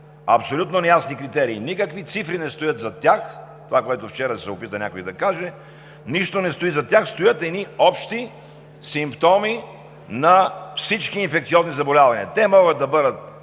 абсолютно неясни критерия. Никакви цифри не стоят зад тях – това, което вчера се опита някой да каже, нищо не стои зад тях, стоят едни общи симптоми на всички инфекциозни заболявания. Те могат да бъдат